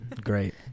Great